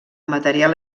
material